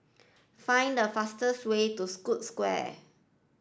find the fastest way to Scotts Square